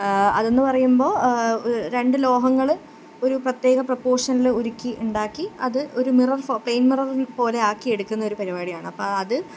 അതെന്ന് പറയുമ്പോൾ രണ്ട് ലോഹങ്ങൾ ഒരു പ്രത്യേക പ്രൊപ്പോഷനിൽ ഉരുക്കി ഉണ്ടാക്കി അത് ഒരു മിറർ പ്ലെയിൻ മിററ് പോലെയാക്കിയെടുക്കുന്നൊരു പരിപാടിയാണ് അപ്പം അത്